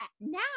Now